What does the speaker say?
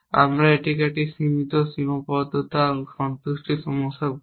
আমরা এটিকে একটি সীমিত সীমাবদ্ধতা সন্তুষ্টির সমস্যা বলব